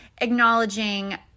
acknowledging